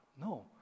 No